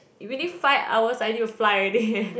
within five hours I need to fly already eh